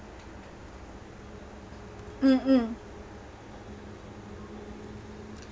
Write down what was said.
mm mm